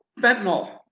fentanyl